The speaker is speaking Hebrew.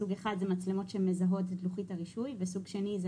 סוג אחד זה מצלמות שמזהות את לוחית הרישוי וסוג שני זה